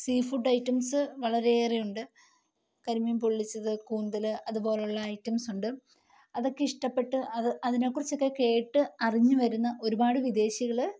see food items വളരെയേറെയുണ്ട് കരിമീന് പൊള്ളിച്ചത് കൂന്തല് അതുപോലുള്ള ഐറ്റംസ് ഉണ്ട് അതൊക്കെ ഇഷ്ടപ്പെട്ട് അതിനെക്കുറിച്ചൊക്കെ കേട്ട് അറിഞ്ഞ് വരുന്ന ഒരുപാട് വിദേശികള്